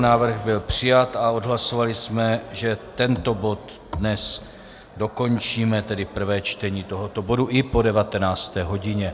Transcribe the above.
Návrh byl přijat a odhlasovali jsme, že tento bod dnes dokončíme, tedy prvé čtení tohoto bodu, i po 19. hodině.